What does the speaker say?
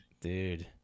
Dude